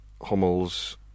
Hummels